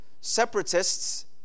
Separatists